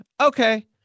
Okay